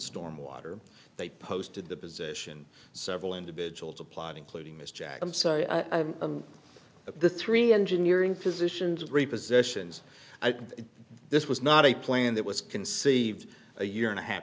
stormwater they posted the position several individuals applied including mr jack i'm sorry of the three engineering positions repossessions this was not a plan that was conceived a year and a ha